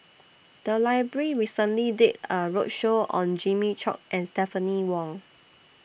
The Library recently did A roadshow on Jimmy Chok and Stephanie Wong